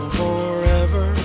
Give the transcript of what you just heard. forever